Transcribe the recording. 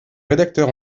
rédacteur